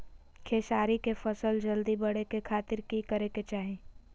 खेसारी के फसल जल्दी बड़े के खातिर की करे के चाही?